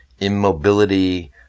immobility